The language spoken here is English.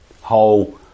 whole